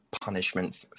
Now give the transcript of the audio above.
punishment